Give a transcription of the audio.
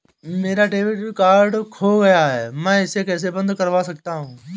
मेरा debit card खो गया है मैं इसे कैसे बंद करवा सकता हूँ?